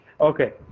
okay